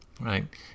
right